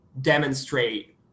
demonstrate